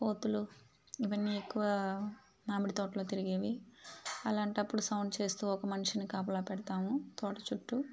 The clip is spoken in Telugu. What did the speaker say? కోతులు ఇవన్నీ ఎక్కువ మామిడి తోటలో తిరిగేవి అలాంటప్పుడు సౌండ్ చేస్తూ ఒక మనిషిని కాపుల పెడతాము తోట చుట్టూ